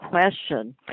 question